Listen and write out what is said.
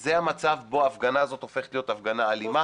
זה המצב בו ההפגנה הזאת הופכת להיות הפגנה אלימה והופכת